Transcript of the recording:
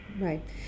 Right